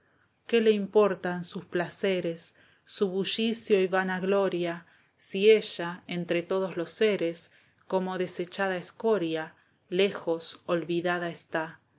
qué le importan sus placeres su bullicio y vana gloria si ella entre todos los seres como desechada escoria lejos olvidada está